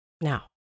Now